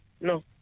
No